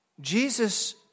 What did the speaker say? Jesus